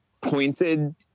pointed